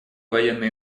военные